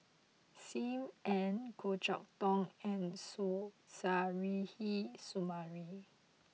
Sim Ann Goh Chok Tong and Suzairhe Sumari